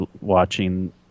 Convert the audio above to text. watching